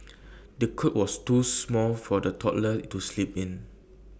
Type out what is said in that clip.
the cot was too small for the toddler to sleep in